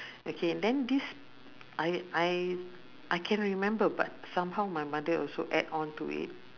okay then this I I I can remember but somehow my mother also add on to it